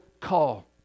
call